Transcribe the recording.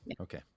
Okay